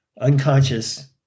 unconscious